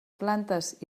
plantes